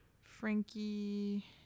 Frankie